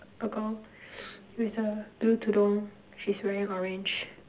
a girl with a blue tudung she's wearing orange